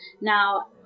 Now